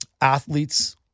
athletes